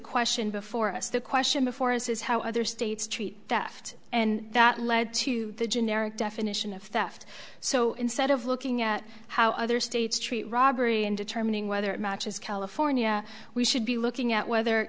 question before us the question before us is how other states treat deft and that led to the generic definition of theft so instead of looking at how other states treat robbery and determining whether it matches california we should be looking at whether